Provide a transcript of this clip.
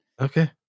Okay